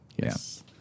yes